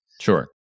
Sure